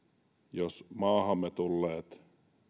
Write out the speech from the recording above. että maahamme tulleet